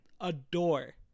adore